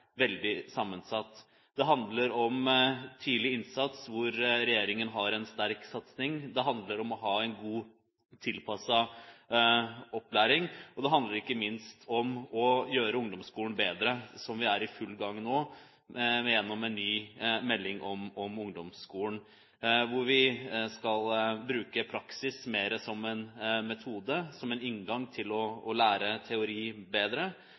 veldig sammensatt. Det handler om tidlig innsats, hvor regjeringen har en sterk satsing. Det handler om å ha en god tilpasset opplæring, og det handler ikke minst om å gjøre ungdomsskolen bedre – noe vi er i full gang med nå, i en ny melding om ungdomsskolen, hvor vi skal bruke praksis mer som en metode, som en inngang til å lære teori bedre.